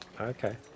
Okay